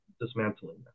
dismantling